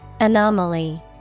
Anomaly